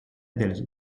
del